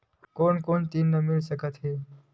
कोन कोन से ऋण मिल सकत हे?